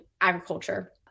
agriculture